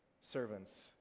servants